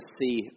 see